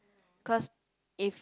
cause if